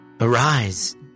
Arise